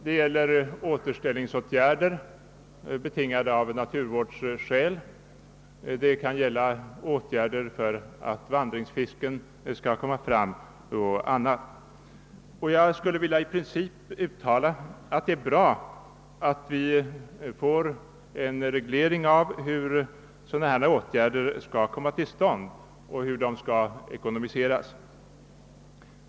Det gäller återställningsåtgärder betingade av naturvårdsskäl eller åtgärder för att vandringsfisken skall komma fram etc. I princip anser jag att det är bra att vi får en reglering av hur dessa åtgärder skall komma till stånd och hur de skall finansieras.